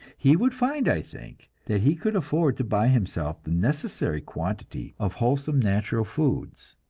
he would find, i think, that he could afford to buy himself the necessary quantity of wholesome natural foods.